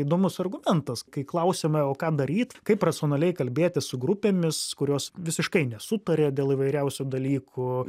įdomus argumentas kai klausiame o ką daryti kaip racionaliai kalbėtis su grupėmis kurios visiškai nesutaria dėl įvairiausių dalykų